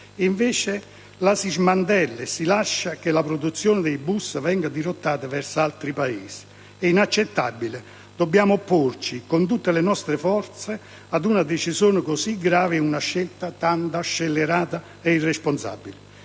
Invece, la si smantella e si lascia che la produzione di *bus* venga dirottata verso altri Paesi. È inaccettabile; dobbiamo opporci con tutte le nostre forze ad una decisione così grave in una scelta tanto scellerata e irresponsabile.